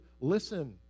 listen